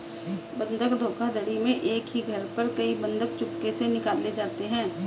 बंधक धोखाधड़ी में एक ही घर पर कई बंधक चुपके से निकाले जाते हैं